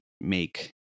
make